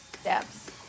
steps